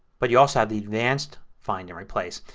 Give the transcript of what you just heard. but you also have the advanced find and replace.